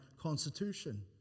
constitution